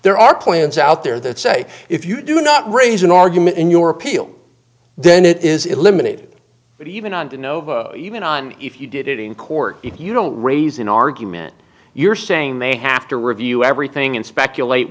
there are plans out there that say if you do not raise an argument in your appeal then it is eliminated but even on the nova even on if you did it in court if you don't raise an argument you're saying they have to review everything in speculate